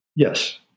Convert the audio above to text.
Yes